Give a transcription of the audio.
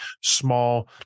small